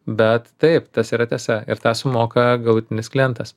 bet taip tas yra tiesa ir tą sumoka galutinis klientas